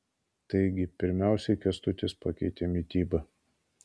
taigi pirmiausiai kęstutis pakeitė mitybą